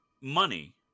money